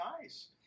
nice